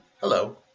Hello